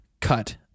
cut